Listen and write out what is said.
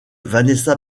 vanessa